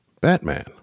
Batman